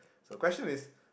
so question is